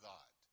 God